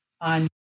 on